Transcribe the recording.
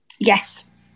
Yes